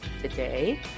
today